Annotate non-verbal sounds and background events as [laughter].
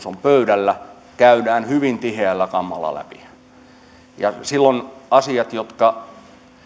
[unintelligible] on pöydällä ja se käydään hyvin tiheällä kammalla läpi ja asiat jotka